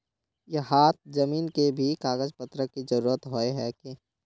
यहात जमीन के भी कागज पत्र की जरूरत होय है की?